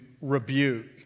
rebuke